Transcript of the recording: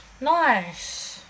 Nice